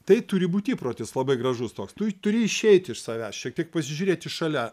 tai turi būt įprotis labai gražus toks tu turi išeiti iš savęs šiek tiek pasižiūrėti šalia